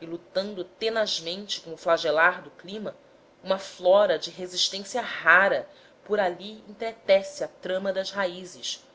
e lutando tenazmente com o flagelar do clima uma flora de resistência rara por ali entretece a trama das raízes